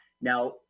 Now